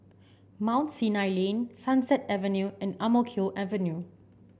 Mount Sinai Lane Sunset Avenue and Ang Mo Kio Avenue